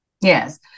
yes